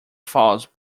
falls